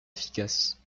efficace